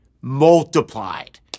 multiplied